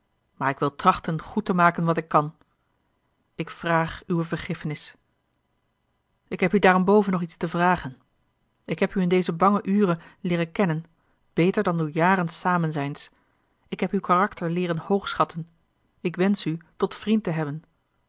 maar ik wil trachten goed te maken wat ik kan ik vraag uwe vergiffenis ik heb u daarenboven nog iets te vragen ik heb u in deze bange ure leeren kennen beter dan door jaren samenzijns ik heb uw karakter leeren hoogschatten ik wensch u tot vriend te hebben